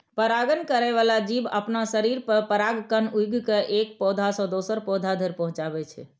परागण करै बला जीव अपना शरीर पर परागकण उघि के एक पौधा सं दोसर पौधा धरि पहुंचाबै छै